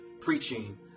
preaching